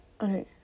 okay